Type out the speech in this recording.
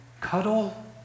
cuddle